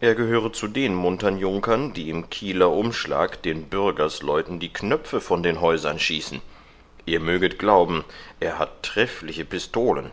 er gehöret zu denen muntern junkern die im kieler umschlag den bürgersleuten die knöpfe von den häusern schießen ihr möget glauben er hat treffliche pistolen